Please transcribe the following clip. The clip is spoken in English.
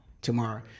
Tomorrow